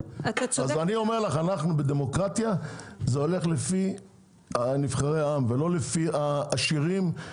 אני אומר לך שבדמוקרטיה זה הולך לפי נבחרי העם ולא לפי העשירים.